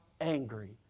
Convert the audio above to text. angry